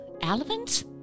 elephants